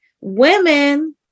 women